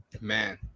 Man